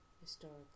historical